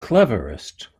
cleverest